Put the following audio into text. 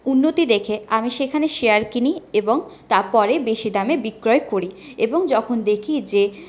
উন্নতি দেখে আমি সেখানে শেয়ার কিনি এবং তারপরে বেশি দামে বিক্রয় করি এবং যখন দেখি যে